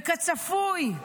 כצפוי,